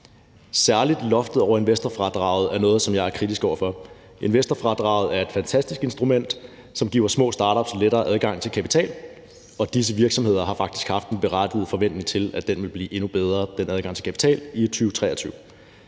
Særlig loftet over investorfradraget er noget, som jeg er kritisk over for. Investorfradraget er et fantastisk instrument, som giver små startups lettere adgang til kapital, og disse virksomheder har faktisk haft en berettiget forventning til, at den adgang til kapital ville